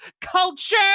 Culture